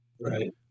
right